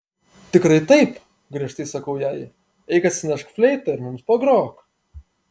tikrai taip griežtai sakau jai eik atsinešk fleitą ir mums pagrok